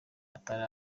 atari